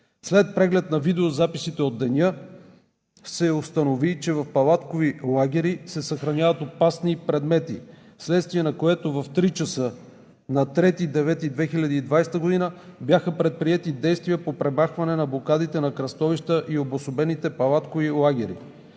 След преглед на видеозаписите от деня се установи, че в палаткови лагери се съхраняват опасни предмети, вследствие на което в 3,00 ч. на 3 септември 2020 г. бяха предприети действия по премахване на блокадите на кръстовища и обособените палаткови лагери.